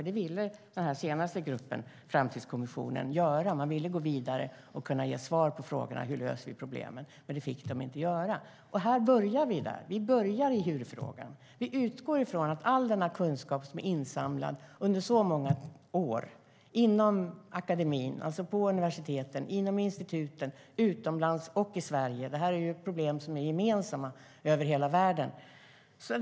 Det ville framtidskommissionen göra, den ville gå vidare och svara på frågan hur problemen ska lösas. Här börjar vi. Vi börjar med huvudfrågan. Vi utgår ifrån att all den kunskap som är insamlad under så många år finns på universiteten, inom instituten, utomlands och i Sverige - problemen är ju gemensamma över hela världen.